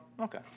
Okay